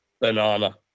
banana